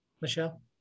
Michelle